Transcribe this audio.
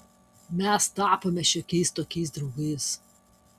mes tapome šiokiais tokiais draugais